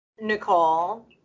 Nicole